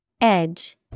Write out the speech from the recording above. Edge